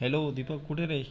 hello Deepak कुठे आहे रे